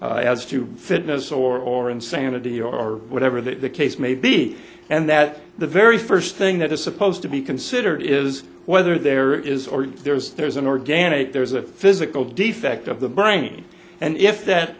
as to fitness or insanity or whatever the case may be and that the very first thing that is supposed to be considered is whether there is or there's there's an organic there's a physical defect of the brain and if that